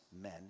men